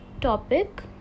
topic